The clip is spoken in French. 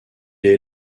est